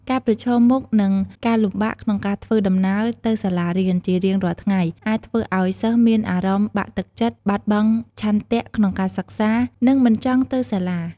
ការប្រឈមមុខនឹងការលំបាកក្នុងការធ្វើដំណើរទៅសាលារៀនជារៀងរាល់ថ្ងៃ អាចធ្វើឱ្យសិស្សមានអារម្មណ៍បាក់ទឹកចិត្ត បាត់បង់ឆន្ទៈក្នុងការសិក្សា និងមិនចង់ទៅសាលា។